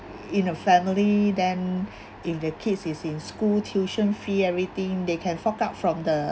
in a family then if the kids is in school tuition fee everything they can fork out from the